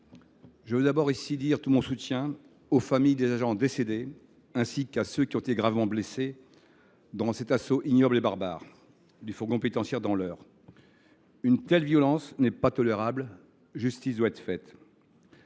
je veux d’abord exprimer tout mon soutien aux familles des agents décédés, ainsi que de ceux qui ont été gravement blessés, dans l’assaut ignoble et barbare d’un fourgon pénitentiaire dans l’Eure. Une telle violence n’est pas tolérable, justice doit être faite